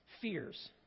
fears